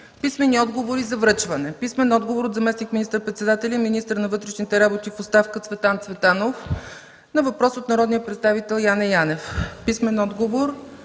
Писмени отговори за връчване от: - заместник министър-председателя и министър на вътрешните работи в оставка Цветан Цветанов на въпрос от народния представител Яне Янев; - заместник